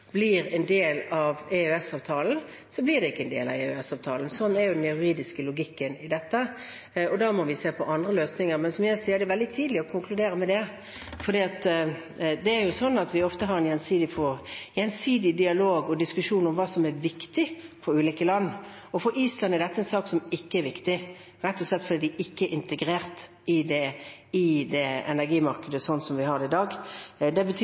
del av EØS-avtalen, blir det ikke en del av EØS-avtalen. Sånn er den juridiske logikken i dette. Da må vi se på andre løsninger. Men som jeg sier, det er veldig tidlig å konkludere med det, for det er jo sånn at vi ofte har en gjensidig dialog og diskusjon om hva som er viktig for ulike land. Og for Island er dette en sak som ikke er viktig – rett og slett fordi de ikke er integrert i det energimarkedet sånn som vi har det i dag. Det betyr